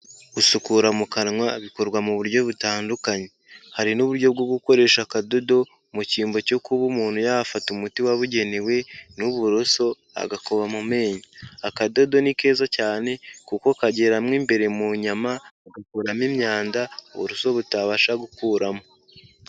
Gusukura mu kanwa bikorwa mu buryo butandukanye. Hari n'uburyo bwo gukoresha akadodo, mu cyimbo cyo kuba umuntu yafata umuti wabugenewe n'uburoso agakuba mu menyo. Akadodo ni keza cyane kuko kageramo imbere mu nyama kagakuramo imyanda, ubuso butabasha gukuramo.